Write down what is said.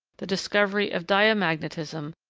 the discovery of diamagnetism,